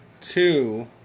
two